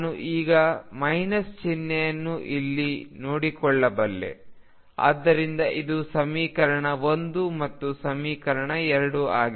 ನಾನು ಈ ಮೈನಸ್ ಚಿಹ್ನೆಯನ್ನು ಇಲ್ಲಿ ನೋಡಿಕೊಳ್ಳಬಲ್ಲೆ ಆದ್ದರಿಂದ ಇದು ಸಮೀಕರಣ 1 ಮತ್ತು ಸಮೀಕರಣ 2 ಆಗಿದೆ